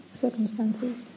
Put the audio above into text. circumstances